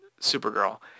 Supergirl